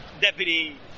deputy